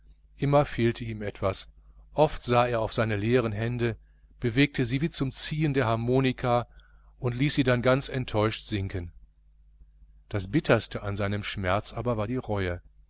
immer fehlte ihm etwas oft sah er auf seine leeren hände bewegte sie wie zum ziehen der harmonika und ließ sie dann ganz enttäuscht sinken das bitterste an seinem schmerz war aber die reue